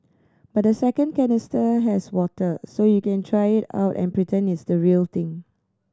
but the second canister has water so you can try it out and pretend it's the real thing